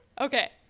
Okay